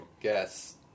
Guess